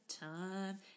time